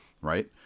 right